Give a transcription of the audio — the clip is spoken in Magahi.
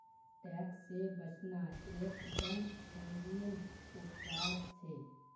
टैक्स से बचना एक दम संगीन अपराध छे